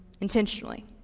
intentionally